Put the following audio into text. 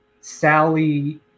Sally